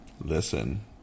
listen